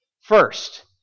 First